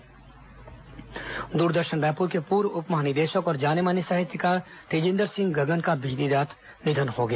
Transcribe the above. तेजिन्दर गगन निधन दूरदर्शन रायपुर के पूर्व उपमहानिदेशक और जाने माने साहित्यकार तेजिन्दर सिंह गगन का बीती रात निधन हो गया